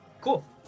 Cool